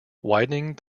widening